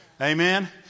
Amen